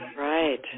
Right